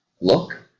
look